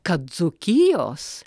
kad dzūkijos